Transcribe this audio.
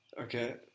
Okay